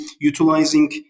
utilizing